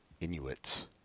Inuits